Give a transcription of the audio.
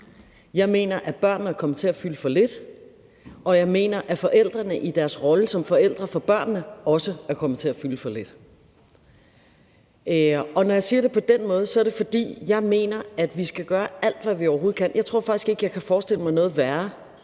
Jeg mener, at børnene er kommet til at fylde for lidt, og jeg mener, at forældrene i deres rolle som forældre for børnene også er kommet til at fylde for lidt. Når jeg siger det på den måde, er det, fordi jeg mener, at vi skal gøre alt, hvad vi overhovedet kan. Jeg tror faktisk ikke, jeg kan forestille mig noget værre,